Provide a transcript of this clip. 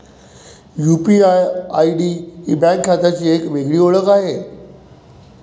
UPI ID ही bank खात्याची एक वेगळी ओळख आहे